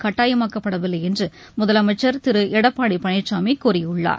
கட்டாயமாக்கப்படவில்லை என்று முதலமைச்சர் எடப்பாடி பழனிசாமி கூறியுள்ளார்